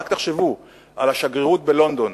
רק תחשבו על השגרירות בלונדון,